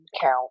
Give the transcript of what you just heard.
count